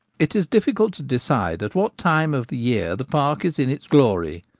it is difficult to decide at what time of the year the park is in its glory.